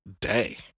day